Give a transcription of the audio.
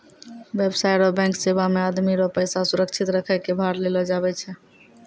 व्यवसाय रो बैंक सेवा मे आदमी रो पैसा सुरक्षित रखै कै भार लेलो जावै छै